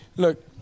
Look